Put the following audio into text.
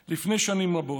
"לפני שנים רבות